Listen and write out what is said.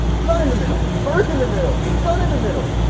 sun in the middle, earth in the middle, sun in the middle.